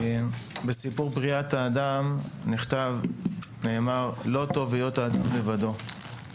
בסיפור בריאת האדם נאמר: ״לא טוב היות האדם לבדו״.